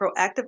proactive